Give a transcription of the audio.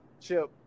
chip